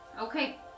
Okay